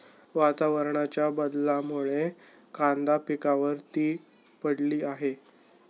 वातावरणाच्या बदलामुळे कांदा पिकावर ती पडली आहे